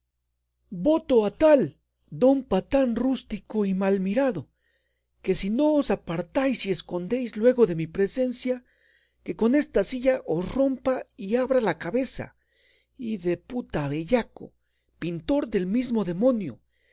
voto a tal don patán rústico y mal mirado que si no os apartáis y ascondéis luego de mi presencia que con esta silla os rompa y abra la cabeza hideputa bellaco pintor del mesmo demonio